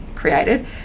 created